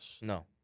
No